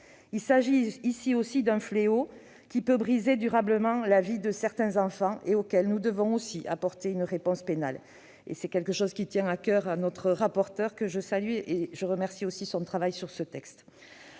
Il s'agit ici aussi d'un fléau qui peut briser durablement la vie de certains enfants et auquel nous devons aussi apporter une réponse pénale. Ce point tient particulièrement à coeur à notre rapporteure, que je salue, et que je remercie du travail qu'elle